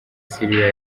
syria